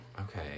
Okay